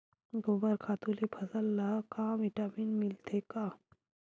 गोबर खातु ले फसल ल का विटामिन मिलथे का?